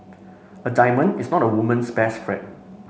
a diamond is not a woman's best friend